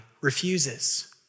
refuses